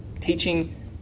teaching